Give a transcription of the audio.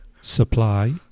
supply